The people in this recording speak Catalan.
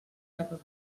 cap